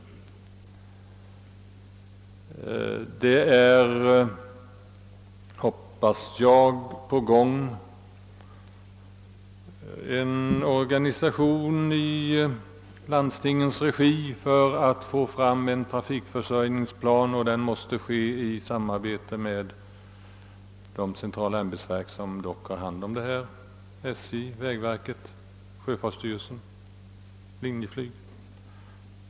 Jag tror mig veta att det i landstingens regi är en organisation på gång för att få fram en trafikförsörjningsplan, och den måste komma till i samarbete med de centrala ämbetsverk som har hand om trafikfrågorna, d.v.s. SJ, vägverket, sjöfartsstyrelsen och Linjeflyg.